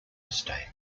estate